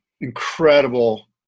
incredible